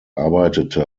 arbeitete